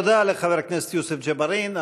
תודה לחבר הכנסת יוסף ג'בארין.